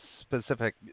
specific